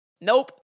Nope